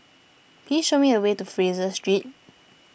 please show me the way to Fraser Street